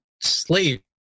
sleep